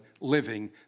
living